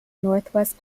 northwest